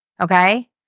Okay